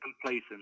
complacent